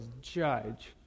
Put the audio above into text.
judge